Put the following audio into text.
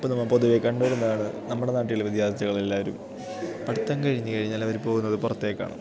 ഇപ്പോള് നമ്മള് പൊതുവേ കണ്ടുവരുന്നതാണ് നമ്മുടെ നാട്ടിലെ വിദ്യാത്ഥികളെല്ലാവരും പഠിത്തം കഴിഞ്ഞുകഴിഞ്ഞാൽ അവര് പോകുന്നതു പുറത്തേക്കാണ്